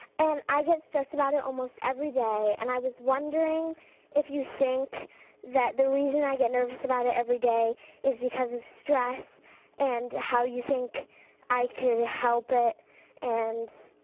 and i get stressed about it almost every day and i was wondering if you think that the reason i get nervous about it every day is because of stress and how you think i can help it and